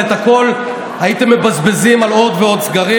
את הכול הייתם מבזבזים על עוד ועוד סגרים,